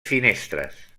finestres